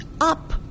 up